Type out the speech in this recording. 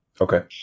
Okay